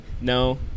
no